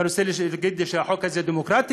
אתה רוצה לומר לי שהחוק הזה דמוקרטי?